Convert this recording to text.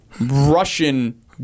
Russian